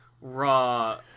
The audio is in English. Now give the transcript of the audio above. raw